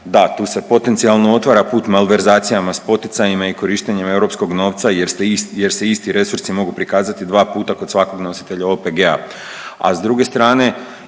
da, tu se potencijalno otvara put malverzacijama s poticajima i korištenju europskog novca jer se isti resursi mogu prikazati dva puta kod svakog nositelja OPG-a, a s druge strane,